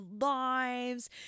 lives